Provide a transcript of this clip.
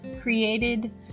created